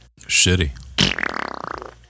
Shitty